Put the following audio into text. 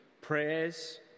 prayers